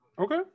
Okay